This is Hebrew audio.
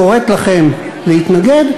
קוראת לכם להתנגד,